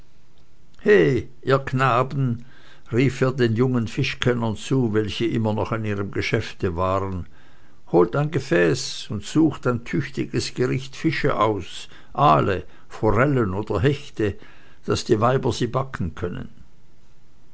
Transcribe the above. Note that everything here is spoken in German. he ihr knaben rief er den jungen fischkennern zu welche immer noch an ihrem geschäfte waren holt ein gefäß und sucht ein tüchtiges gericht fische aus aale forellen oder hechte daß die weiber sie backen können